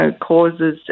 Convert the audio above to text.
causes